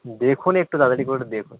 দেখুন একটু তাড়াতাড়ি করে একটু দেখুন